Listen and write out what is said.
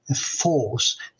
force